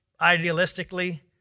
idealistically